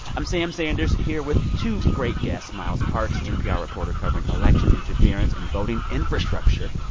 i'm sam sanders, here with two great guests miles parks, npr reporter covering election interference and voting infrastructure,